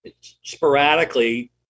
sporadically